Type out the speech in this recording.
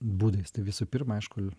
būdais tai visų pirma aišku